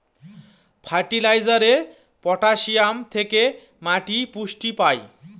ফার্টিলাইজারে পটাসিয়াম থেকে মাটি পুষ্টি পায়